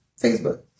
Facebook